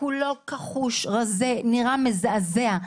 כולו כחוש, רזה, נראה מזעזע.